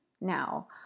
now